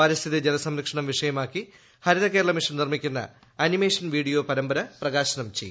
പരിസ്ഥിതി ജലസംരക്ഷണം വിഷയമാക്കി ഹരിതകേരളം മിഷൻ നിർമ്മിക്കുന്ന അനിമേഷൻ വീഡിയോ പരമ്പര പ്രകാശനം ചെയ്യും